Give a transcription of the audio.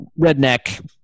redneck